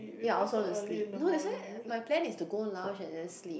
ya also want to sleep that's why my plan is to go lounge and then sleep